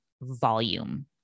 volume